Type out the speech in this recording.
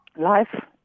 life